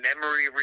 memory